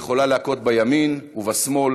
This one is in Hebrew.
היא יכולה להכות בימין ובשמאל,